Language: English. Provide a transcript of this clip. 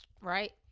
right